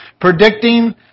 predicting